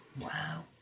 Wow